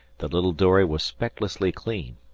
the little dory was specklessly clean.